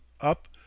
up